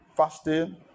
Fasting